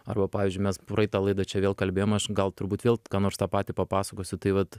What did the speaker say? arba pavyzdžiui mes praeitą laidą čia vėl kalbėjom aš gal turbūt vėl ką nors tą patį papasakosiu tai vat